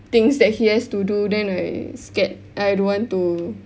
things that he has to do then I scared I don't want to